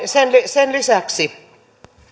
sen sen lisäksi